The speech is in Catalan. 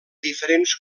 diferents